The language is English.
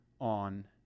on